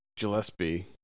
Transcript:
Gillespie